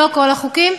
לא כל החוקים,